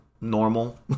normal